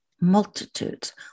multitudes